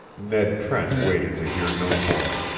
ned trent waited to hear no more,